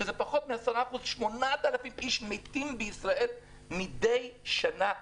שזה פחות מ-10% - 8,000 איש מתים בישראל מדי שנה מעישון.